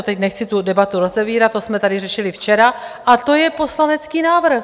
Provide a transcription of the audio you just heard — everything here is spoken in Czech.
Teď nechci tu debatu otevírat, to jsme tady řešili včera, to je poslanecký návrh.